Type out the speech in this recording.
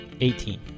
Eighteen